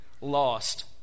lost